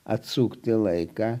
atsukti laiką